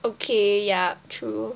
okay ya true